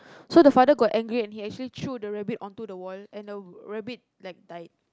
so the father got angry and he actually threw the rabbit on to the wall and the rabbit like died